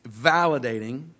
validating